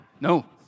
No